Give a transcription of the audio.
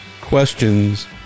Questions